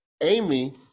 Amy